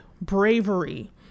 bravery